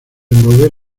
envolver